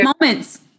moments